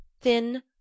thin